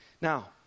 Now